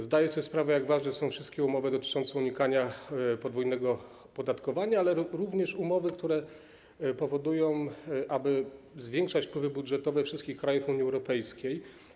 Zdaję sobie sprawę, jak ważne są wszystkie umowy dotyczące unikania podwójnego opodatkowania, ale również umowy, które służą temu, aby zwiększać wpływy budżetowe wszystkich krajów Unii Europejskiej.